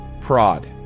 prod